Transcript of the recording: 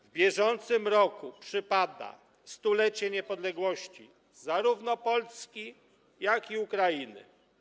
W bieżącym roku przypada 100-lecie niepodległości zarówno Polski, jak i Ukrainy.